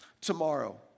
tomorrow